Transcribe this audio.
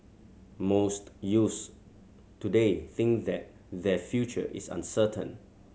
most youths today think that their future is uncertain